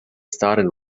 started